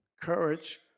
courage